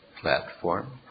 platform